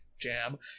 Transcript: jam